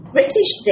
British